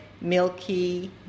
milky